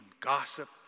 gossip